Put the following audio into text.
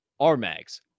Armags